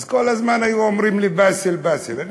אז כל הזמן היו אומרים לי: באסל, באסל.